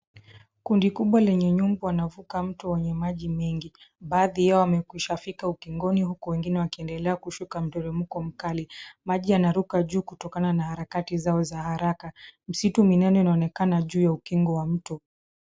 Kundi kubwa lenye nyungu wanavuka mto wenye maji mengi. Baadhi yao wamekwisha fika ukingoni huku wengine wakiendelea kushuka mteremko mkali. Maji yanaruka juu kutokana na harakati zao za haraka, misitu minene inaonekana juu ya ukingo wa mto.